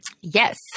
Yes